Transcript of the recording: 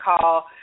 call